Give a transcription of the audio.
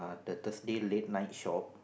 the Thursday late night shop